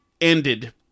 ended